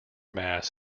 mass